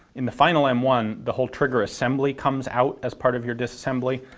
in the final m one the whole trigger assembly comes out as part of your disassembly,